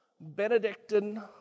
Benedictine